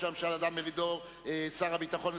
דיכטר, מרינה סולודקין,